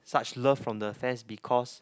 such love from the fans because